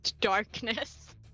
Darkness